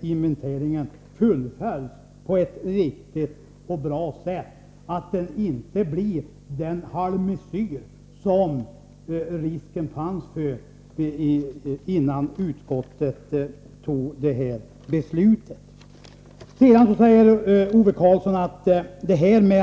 inventeringen fullföljs på ett riktigt och bra sätt, så att den inte blir den halvmesyr som det fanns risk för att den skulle bli innan utskottet tog sitt beslut.